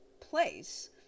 place